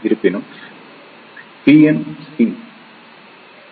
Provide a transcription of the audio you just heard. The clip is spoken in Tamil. இருப்பினும் என்